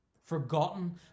Forgotten